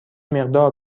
مقدار